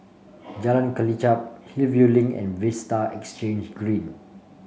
Jalan Kelichap Hillview Link and Vista Exhange Green